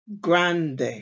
grande